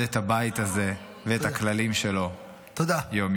את הבית הזה ואת הכללים שלו יום-יום.